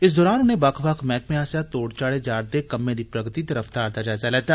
इस दौरान उनें बक्ख बक्ख मैहकमें आस्सेआ तोड़ चाढ़े जारदे कम्में दी प्रगति ते रफ्तार दा जायजा लैता